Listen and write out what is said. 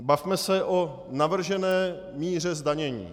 Bavme se o navržené míře zdanění.